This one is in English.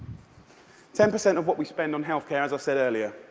ten percent of what we spend on health care, as i said earlier,